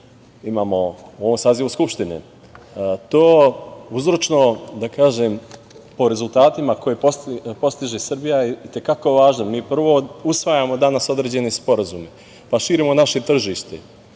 imamo u ovom sazivu Skupštine. Uzročno po rezultatima koje postiže Srbija, to je i te kako važno. Mi prvo usvajamo danas određene sporazume, pa širimo naše tržište,